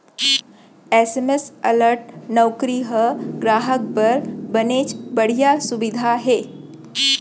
SMS alert नउकरी ह गराहक बर बनेच बड़िहा सुबिधा हे